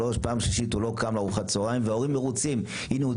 בפעם השלישית הוא לא קם לארוחת צוהריים וההורים מרוצים: "הינה,